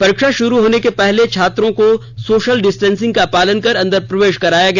परीक्षा शुरू होने के पहले छात्रों को सोशल डिस्टेंसिंग का पालन कर अंदर प्रवेश कराया गया